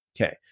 Okay